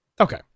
Okay